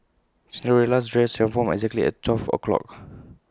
Cinderella's dress transformed exactly at twelve o'clock